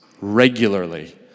regularly